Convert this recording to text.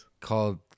called